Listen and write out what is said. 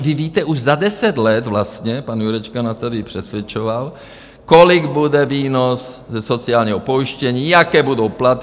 Vy víte, už za deset let vlastně, pan Jurečka nás tady přesvědčoval, kolik bude výnos ze sociálního pojištění, jaké budou platy.